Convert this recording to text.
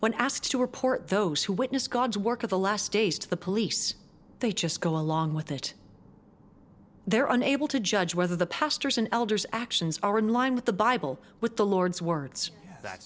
when asked to report those who witness god's work of the last days to the police they just go along with it they're unable to judge whether the pastors and elders actions are in line with the bible with the lord's words t